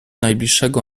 najbliższego